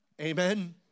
Amen